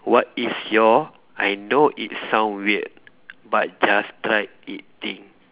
what is your I know it sound weird but just try it thing